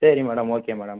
சரி madam okay madam